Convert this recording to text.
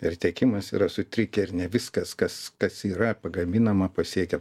ir tiekimas yra sutrikę ir ne viskas kas kas yra pagaminama pasiekia